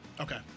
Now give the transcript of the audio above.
Okay